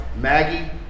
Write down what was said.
Maggie